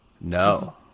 No